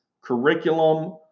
curriculum